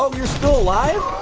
you're still alive?